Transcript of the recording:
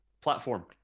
Platform